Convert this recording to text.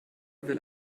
will